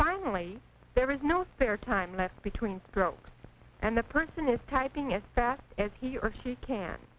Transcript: finally there is no air time left between throat and the person is typing as fast as he or she